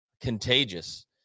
contagious